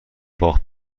باخت